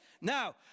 Now